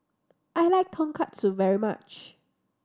I like Tonkatsu very much